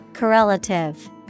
Correlative